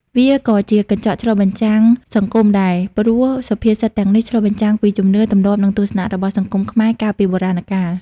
វាក៏ជាកញ្ចក់ឆ្លុះបញ្ចាំងសង្គមដែរ ព្រោះសុភាសិតទាំងនេះឆ្លុះបញ្ចាំងពីជំនឿ ទម្លាប់ និងទស្សនៈរបស់សង្គមខ្មែរកាលពីបូរាណកាល។